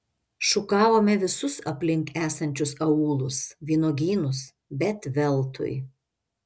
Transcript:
šukavome visus aplink esančius aūlus vynuogynus bet veltui